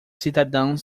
cidadãos